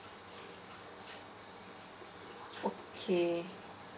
okay